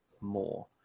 more